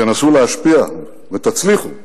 ותנסו להשפיע, ותצליחו,